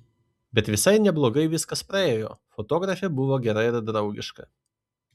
bet visai neblogai viskas praėjo fotografė buvo gera ir draugiška